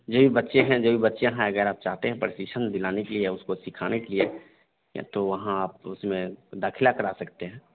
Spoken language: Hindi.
जो भी बच्चे हैं जो भी बच्चे हैं अगर आप चाहते हैं प्रशिक्षण दिलाने के लिए उसको सिखाने के लिए तो वहाँ आप उसमें दाख़िला करा सकते हैं